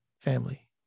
family